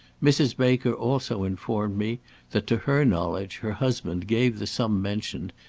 mrs. baker also informed me that to her knowledge her husband gave the sum mentioned,